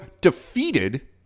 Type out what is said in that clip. defeated